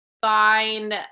find